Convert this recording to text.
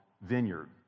vineyard